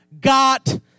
got